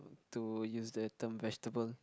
to use the term vegetable